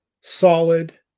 solid